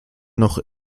noch